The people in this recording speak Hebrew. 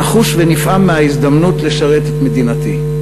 נחוש ונפעם מההזדמנות לשרת את מדינתי.